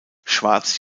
schwarz